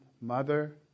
Mother